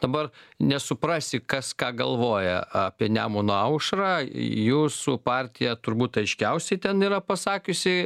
dabar nesuprasi kas ką galvoja apie nemuną aušrą jūsų partija turbūt aiškiausiai ten yra pasakiusi